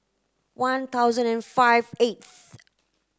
one thousand and five eighth